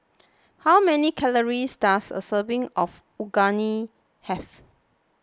how many calories does a serving of Unagi have